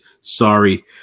Sorry